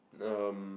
um